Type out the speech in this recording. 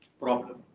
problem